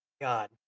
god